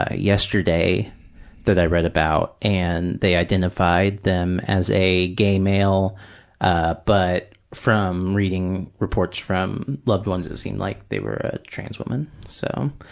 ah yesterday that i read about and they identified them as a gay male ah but from reading reports from loved ones it seemed like they were a trans woman. so,